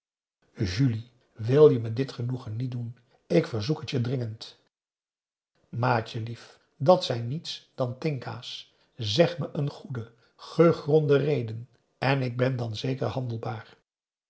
julie wil je me dit genoegen niet doen ik verzoek het je dringend maatjelief dat zijn niets dan tinka's zeg me een goede gegronde reden en ik ben dan zeker handelbaar